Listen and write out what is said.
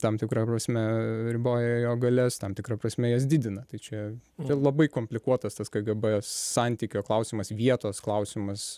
tam tikra prasme riboja jo galias tam tikra prasme jas didina tai čia čia labai komplikuotas tas kgb santykio klausimas vietos klausimas